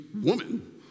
woman